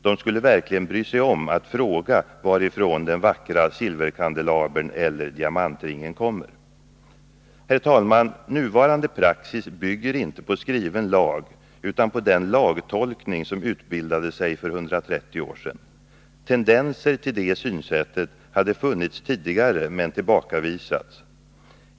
De skulle verkligen bry sig om att fråga varifrån den vackra silverkandelabern eller diamantringen kommer.” Herr talman! Nuvarande praxis bygger inte på skriven lag utan på den lagtolkning som utbildade sig för 130 år sedan. Tendenser till detta synsätt hade funnits tidigare men tillbakavisats.